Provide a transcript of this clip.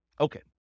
Okay